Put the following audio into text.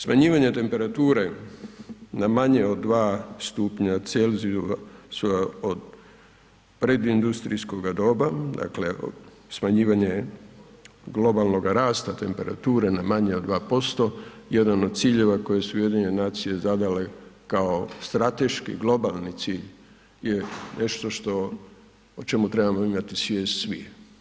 Smanjivanje temperature na manje od 2 stupnja C od predindustrijskoga doba, dakle smanjivanje globalnoga rasta temperature na manje od 2% jedan od ciljeva koje su UN zadale kao strateški globalni cilj je nešto što o čemu trebamo imati svijest svi.